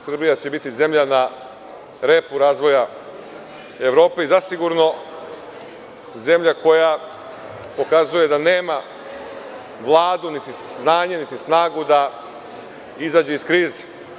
Srbija će biti zemlja na repu razvoja Evrope i zasigurno, zemlja koja pokazuje da nema Vladu, niti znanje, niti snagu da izađe iz krize.